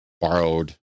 borrowed